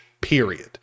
Period